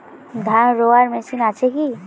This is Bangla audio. ধান রোয়ার মেশিন আছে কি?